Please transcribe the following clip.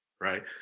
right